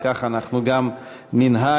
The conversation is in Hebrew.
וכך אנחנו גם ננהג